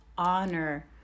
Honor